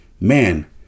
man